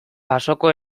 pasoko